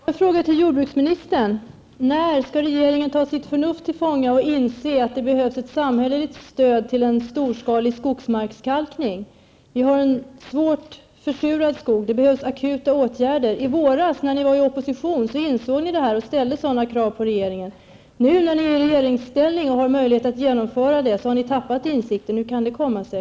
Herr talman! Jag har en fråga till jordbruksministern. När skall regeringen ta sitt förnuft till fånga och inse att det behövs ett samhälleligt stöd till en storskalig skogsmarkskalkning? Skogen är svårt försurad. Det behövs akuta åtgärder. I våras, när ni befann er i opposition, insåg ni detta och ställde sådana krav på den dåvarande regeringen. Nu, när ni befinner er i regeringsställning och har möjlighet att vidta åtgärder, har ni tappat denna insikt. Hur kan det komma sig?